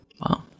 Wow